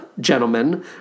gentlemen